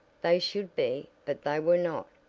they should be, but they were not.